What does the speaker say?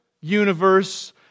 universe